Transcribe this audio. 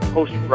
Post